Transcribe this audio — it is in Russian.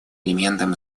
элементом